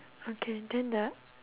okay then the